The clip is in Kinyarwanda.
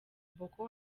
boko